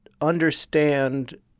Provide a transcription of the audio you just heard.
understand